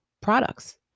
products